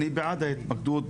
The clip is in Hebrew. אני בעד כל ההתמקדות,